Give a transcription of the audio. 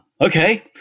Okay